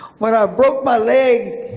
when i broke my leg,